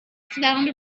sound